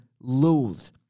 loathed